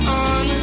on